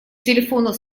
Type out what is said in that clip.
телефону